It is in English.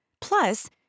Plus